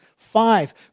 Five